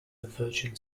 virgin